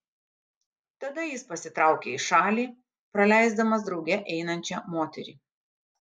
tada jis pasitraukia į šalį praleisdamas drauge einančią moterį